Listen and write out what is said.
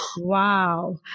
Wow